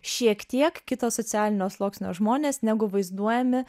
šiek tiek kito socialinio sluoksnio žmonės negu vaizduojami